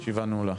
הישיבה נעולה.